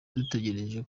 dutegereje